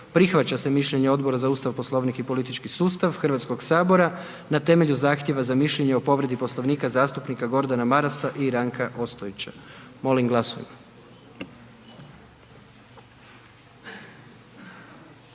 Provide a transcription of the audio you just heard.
Prihvaća se mišljenje Odbora za Ustav, Poslovnik i politički sustav Hrvatskog sabora na temelju zahtjeva za mišljenje o povredi Poslovnika zastupnika Gordana Marasa i Ranka Ostojića. Molim glasujmo.